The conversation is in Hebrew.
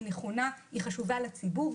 נכונה וחשובה לציבור.